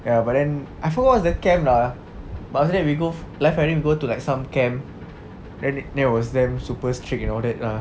ya but then I forgot what's the camp lah but after that we go live firing we go to like some camp then then was then super strict and all that lah